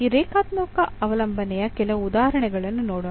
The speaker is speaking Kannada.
ಈ ರೇಖಾತ್ಮಕ ಅವಲಂಬನೆಯ ಕೆಲವು ಉದಾಹರಣೆಗಳನ್ನು ನೋಡೋಣ